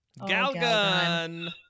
Galgun